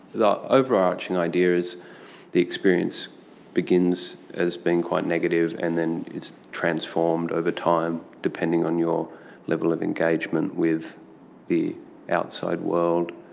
the overarching idea is the experience begins as being quite negative and then it's transformed over time, depending on your level of engagement with the outside world,